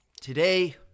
Today